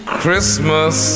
christmas